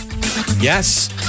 Yes